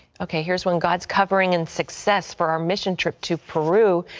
ok, here's one god's covering and success for our mission trip to peru.